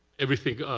everything,